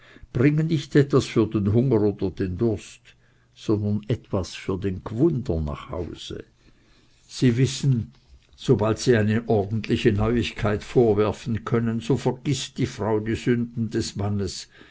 bringen nicht etwas für den hunger oder den durst sondern etwas für den g'wunder nach hause sie wissen daß sobald sie eine ordentliche neuigkeit vorwerfen können die frau die sünden des mannes